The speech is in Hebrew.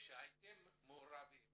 שהייתם מעורבים